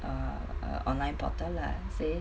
err online portal lah say